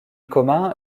commun